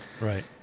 right